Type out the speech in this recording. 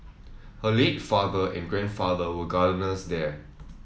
her late father and grandfather were gardeners there